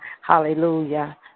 Hallelujah